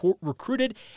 recruited